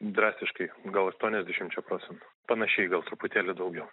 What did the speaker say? drastiškai gal aštuoniasdešimčia procentų panašiai gal truputėlį daugiau